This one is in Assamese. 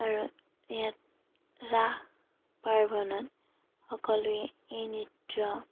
আৰু ইয়াত ৰাস পাৰ্বণত সকলোৱে এই নৃত্য